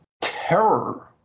terror